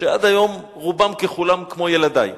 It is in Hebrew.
שעד היום רובם ככולם כמו ילדי,